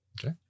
Okay